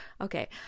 okay